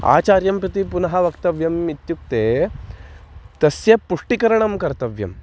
आचार्यं प्रति पुनः वक्तव्यम् इत्युक्ते तस्य पुष्टिकरणं कर्तव्यम्